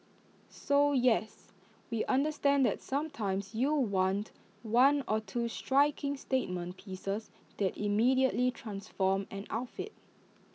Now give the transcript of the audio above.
so yes we understand that sometimes you want one or two striking statement pieces that immediately transform an outfit